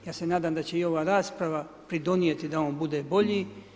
Ja se nadam da će i ova rasprava pridonijeti da on bude bolje.